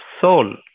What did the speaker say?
soul